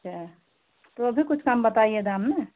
अच्छा तो वो भी कुछ कम बताइए दाम में